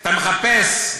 חבר הכנסת אבו עראר,